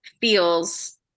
feels